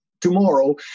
tomorrow